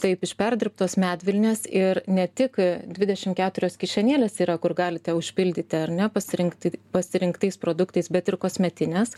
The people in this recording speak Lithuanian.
taip iš perdirbtos medvilnės ir ne tik dvidešimt keturios kišenėlės yra kur galite užpildyti ar ne pasirinkti pasirinktais produktais bet ir kosmetinės